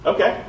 Okay